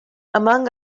among